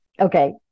Okay